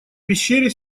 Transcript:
пещере